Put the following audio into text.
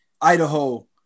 Idaho